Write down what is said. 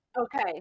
okay